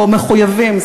או מחויבים,